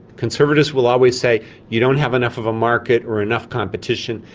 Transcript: conservatives will always say you don't have enough of a market or enough competition,